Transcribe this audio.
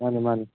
ꯃꯥꯅꯤ ꯃꯥꯅꯤ